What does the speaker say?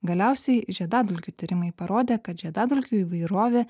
galiausiai žiedadulkių tyrimai parodė kad žiedadulkių įvairovė